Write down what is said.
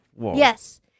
Yes